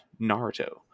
Naruto